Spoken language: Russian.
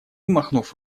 махнув